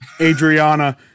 Adriana